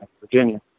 Virginia